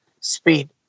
speed